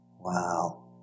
Wow